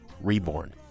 Reborn